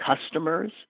customers